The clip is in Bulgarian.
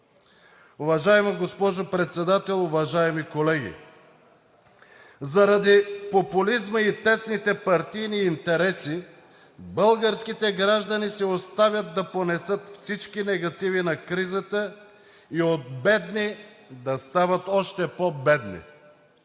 Уважаема госпожо Председател, уважаеми колеги! Заради популизма и тесните партийни интереси българските граждани се оставят да понесат всички негативи на кризата и от бедни да стават още по-бедни.